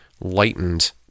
lightened